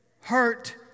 hurt